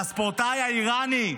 והספורטאי האירני,